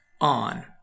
on